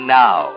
now